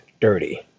dirty